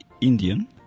Indian